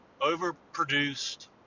overproduced